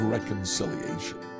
Reconciliation